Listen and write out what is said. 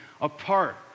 apart